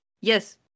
Yes